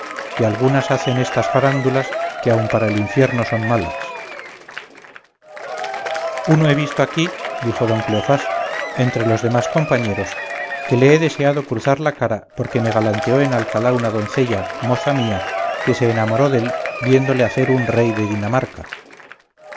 que algunas hacen estas farándulas que aun para el infierno son malas uno he visto aquí dijo don cleofás entre los demás compañeros que le he deseado cruzar la cara porque me galanteó en alcalá una doncella moza mía que se enamoró dél viéndole hacer un rey de dinamarca